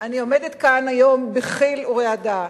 אני עומדת כאן היום בחיל ורעדה,